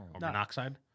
monoxide